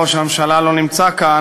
ראש הממשלה לא נמצא כאן,